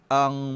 ang